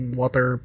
water